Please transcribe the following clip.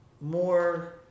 more